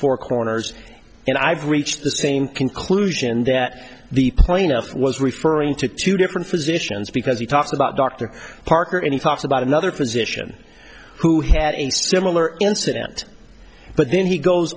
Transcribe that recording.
four corners and i've reached the same conclusion that the plaintiff was referring to two different physicians because he talks about dr parker any thoughts about another physician who had a similar incident but then he goes